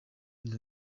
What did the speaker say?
bintu